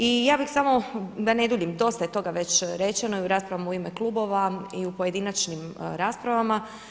I ja bih samo da ne duljim, dosta je toga već rečeno i u raspravama u ime klubova i u pojedinačnim raspravama.